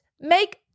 make